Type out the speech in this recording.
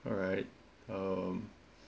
alright um